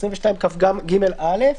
סעיף 22כג(א),